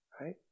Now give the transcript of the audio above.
right